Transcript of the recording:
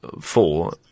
four